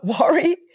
worry